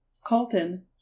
Colton